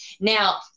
now